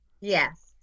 Yes